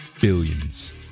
billions